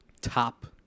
top